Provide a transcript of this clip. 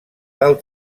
del